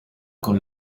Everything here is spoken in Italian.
con